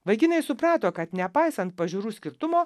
vaikinai suprato kad nepaisant pažiūrų skirtumo